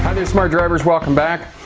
hi smart drivers, welcome back.